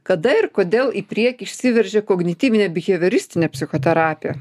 kada ir kodėl į priekį išsiveržė kognityvinė bihevioristinė psichoterapija